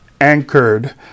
anchored